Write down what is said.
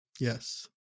Yes